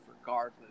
regardless